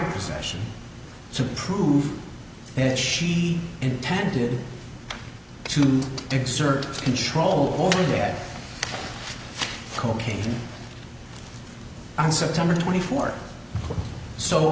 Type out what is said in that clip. session to prove that she intended to exert control over their cocaine on september twenty fourth so